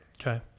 Okay